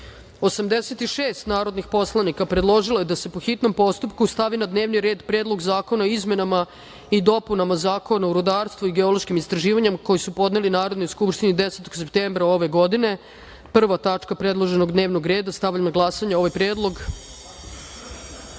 86 narodnih poslanika predložilo je da se po hitnom postupku stavi na dnevni red Predlog zakona o izmenama i dopunama Zakona o rudarstvu i geološkim istraživanjima, koji su podneli Narodnoj skupštini 10. septembra ove godine (prva tačka predloženog dnevnog reda).Stavljam na glasanje ovaj